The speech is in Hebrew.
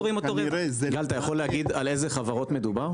גל, אתה יכול להגיד על איזה חברות מדובר?